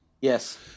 Yes